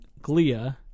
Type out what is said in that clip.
glia